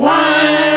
one